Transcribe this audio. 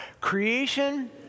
Creation